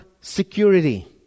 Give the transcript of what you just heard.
security